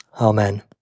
Amen